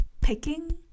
picking